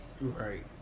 Right